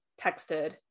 texted